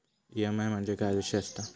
EMI म्हणजे काय विषय आसता?